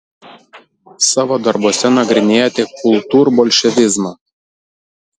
savo darbuose nagrinėjate kultūrbolševizmą